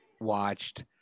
watched